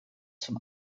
zum